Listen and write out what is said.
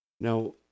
Now